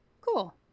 cool